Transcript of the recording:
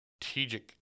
strategic